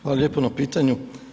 Hvala lijepo na pitanju.